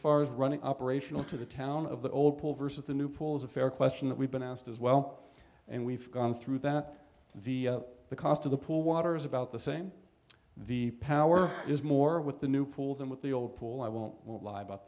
far as running operational to the town of the old pool versus the new pool is a fair question that we've been asked as well and we've gone through that the the cost of the pool water is about the same the power is more with the new pool than with the old pool i won't lie about